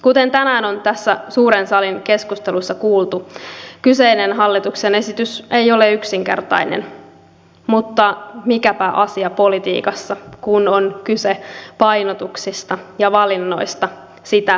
kuten tänään on tässä suuren salin keskustelussa kuultu kyseinen hallituksen esitys ei ole yksinkertainen mutta mikäpä asia politiikassa kun on kyse painotuksista ja valinnoista sitä olisi